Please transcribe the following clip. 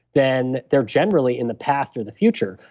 then they're generally in the past or the future.